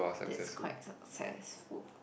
that's quite successful